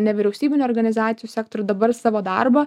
nevyriausybinių organizacijų sektorių dabar savo darbą